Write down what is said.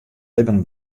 libben